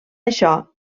això